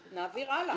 נעביר הלאה.